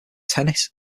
tennis